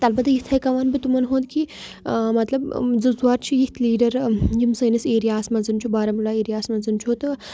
تہٕ البتہ یِتھَے کٔنۍ وَنہٕ بہٕ تِمَن ہُنٛد کہِ مطلب زٕ ژور چھِ یِتھ لیٖڈَر یِم سٲنِس ایریا ہَس منٛز چھُ بارہمولہ ایریا ہَس منٛز چھُ تہٕ